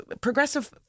progressive